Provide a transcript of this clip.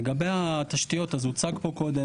לגבי התשתיות אז הוצג פה קודם,